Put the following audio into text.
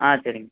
ஆ சரிங்க